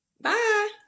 Bye